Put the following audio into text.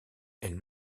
elle